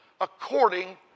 according